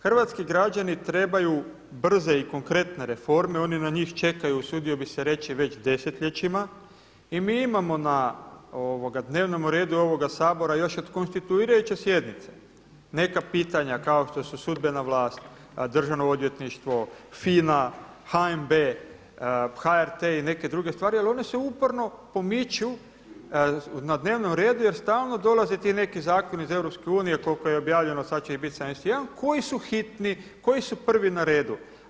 Hrvatski građani trebaju brze i konkretne reforme, oni na njih čekaju, usudio bih se reći već desetljećima i mi imamo na dnevnome redu ovoga Sabora još od konstituirajuće sjednice neka pitanja kao što su sudbena vlast, državno odvjetništvo, FINA, HNB, HRT i neke druge stvari ali one se uporno pomiču na dnevnom redu jer stalno dolaze ti neki zakoni iz EU koliko je objavljeno, sada će ih biti 71 koji su hitni, koji su prvi na redu.